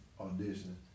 audition